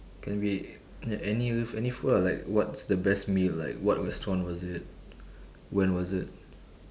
can be any any food lah like what's the best meal like what restaurant was it when was it